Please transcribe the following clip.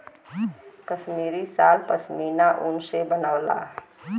कसमीरी साल पसमिना ऊन से बनला